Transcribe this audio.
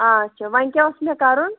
آچھا وۄنۍ کیٛاہ اوس مےٚ کَرُن